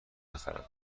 بخرم